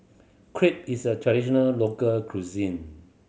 crepe is a traditional local cuisine